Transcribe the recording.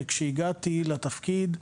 כשהגעתי לתפקיד,